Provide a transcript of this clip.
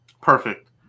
Perfect